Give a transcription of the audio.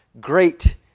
great